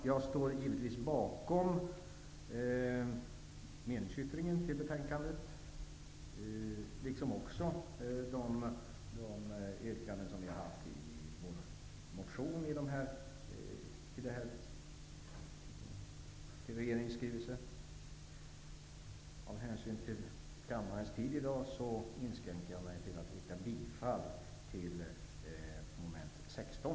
Jag står givetvis bakom meningsyttringen i betänkandet, liksom bakom de yrkanden som vi har i vår motion med anledning av regeringens skrivelse. Med hänsyn till kammarens tid inskränker jag mig till att yrka bifall till vår meningsyttring under mom. 16.